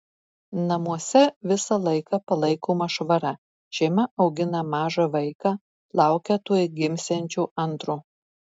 namuose visą laiką palaikoma švara šeima augina mažą vaiką laukia tuoj gimsiančio antro